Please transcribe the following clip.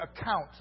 account